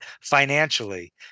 financially